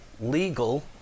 legal